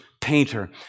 painter